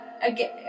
again